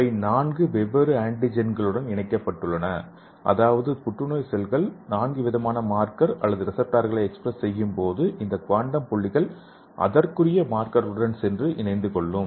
அவை நான்கு வெவ்வேறு ஆன்டிஜென்களுடன் இணைக்கப்பட்டுள்ளன அதாவது புற்றுநோய் செல்கள் நான்குவிதமான மார்க்கர் அல்லது ரிசப்டார்களை எக்ஸ்பிரஸ் செய்யும்போது இந்த குவாண்டம் புள்ளிகள் அதற்குரிய மார்க்கர்களுடன் சென்று இணைந்து கொள்ளும்